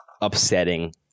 upsetting